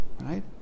right